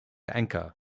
anchor